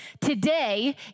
today